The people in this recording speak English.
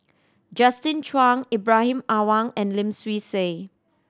Justin Zhuang Ibrahim Awang and Lim Swee Say